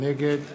נגד